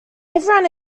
everyone